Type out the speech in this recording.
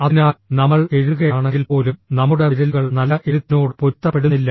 അതിനാൽ നമ്മൾ എഴുതുകയാണെങ്കിൽപ്പോലും നമ്മുടെ വിരലുകൾ നല്ല എഴുത്തിനോട് പൊരുത്തപ്പെടുന്നില്ല